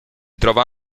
trova